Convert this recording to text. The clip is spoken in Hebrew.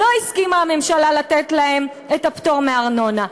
לא הסכימה הממשלה לתת להם את הפטור מארנונה,